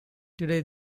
today